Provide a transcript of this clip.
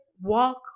walk